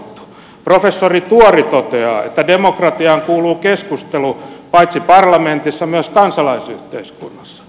professori tuori toteaa että demokratiaan kuuluu keskustelu paitsi parlamentissa myös kansalaisyhteiskunnassa